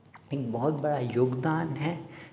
एक बहुत बड़ा योगदान है